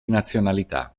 nazionalità